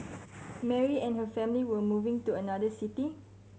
Mary and her family were moving to another city